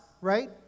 right